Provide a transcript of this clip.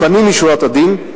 לפנים משורת הדין,